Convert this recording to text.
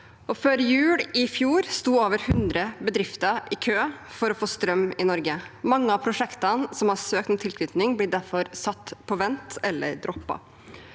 Før jul i fjor sto over hundre bedrifter i kø for å få strøm i Norge. Mange av prosjektene som har søkt om tilknytning, blir derfor satt på vent eller droppet.